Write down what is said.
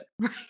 right